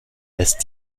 lässt